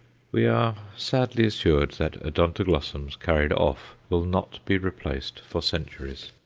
we are sadly assured that odontoglossums carried off will not be replaced for centuries.